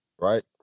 right